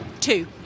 Two